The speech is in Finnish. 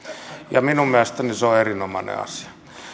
ja minun mielestäni se on erinomainen asia